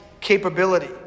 capability